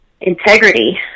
integrity